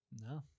No